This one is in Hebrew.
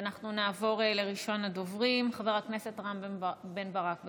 אנחנו נעבור לראשון הדוברים, חבר הכנסת רם בן ברק.